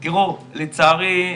תראו, לצערי,